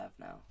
now